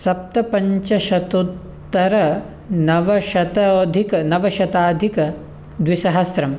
सप्तपञ्चशतोत्तरनवशतधिक नवशताधिकद्विसहस्रं